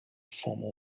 formal